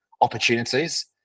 opportunities